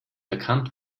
erkannt